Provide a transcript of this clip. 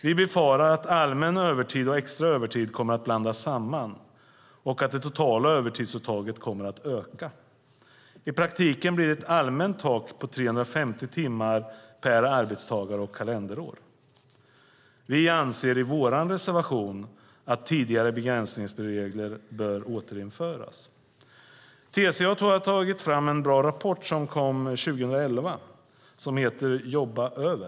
Vi befarar att allmän övertid och extra övertid kommer att blandas samman och att det totala övertidsuttaget kommer att öka. I praktiken blir det ett allmänt tak på 350 timmar per arbetstagare och kalenderår. Vi anser i vår reservation att tidigare begränsningsregler bör återinföras. TCO har tagit fram en bra rapport som lades fram 2011, Jobba över gratis .